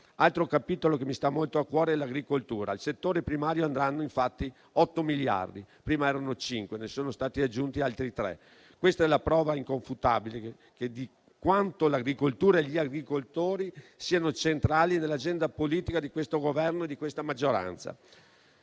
Altro capitolo che mi sta molto a cuore è l'agricoltura. Al settore primario andranno infatti 8 miliardi (prima erano 5) e ne sono stati aggiunti altri 3. Questa è la prova inconfutabile di quanto l'agricoltura e gli agricoltori siano centrali nell'agenda politica di questo Governo e di questa maggioranza.